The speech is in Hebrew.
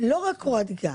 לא רק קורת גג,